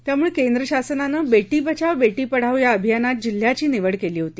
त्यामुळे केंद्र शासनानं बेटी बचाव बेटी पढाओ या अभियानात जिल्ह्याची निवड केली होती